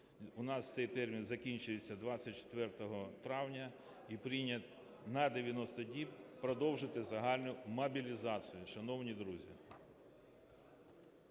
У нас цей термін закінчується 24 травня і прийняти на 90 діб, продовжити загальну мобілізацію, шановні друзі.